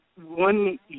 one